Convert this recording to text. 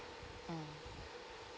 mm